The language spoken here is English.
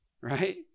right